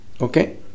Okay